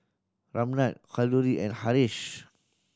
Ramnath Kalluri and Haresh